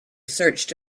searched